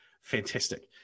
fantastic